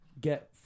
get